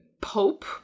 Pope